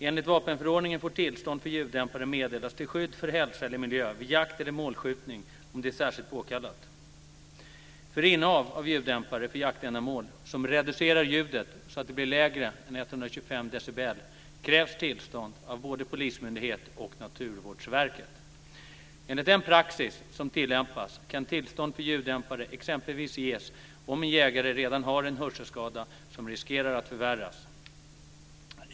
Enligt vapenförordningen får tillstånd för ljuddämpare meddelas till skydd för hälsa eller miljö vid jakt eller målskjutning om det är särskilt påkallat. För innehav av ljuddämpare för jaktändamål som reducerar ljudet så att det blir lägre än 125 decibel krävs tillstånd av både polismyndighet och Naturvårdsverket. Enligt den praxis som tillämpas kan tillstånd för ljuddämpare exempelvis ges om en jägare redan har en hörselskada som riskerar att förvärras.